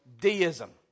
deism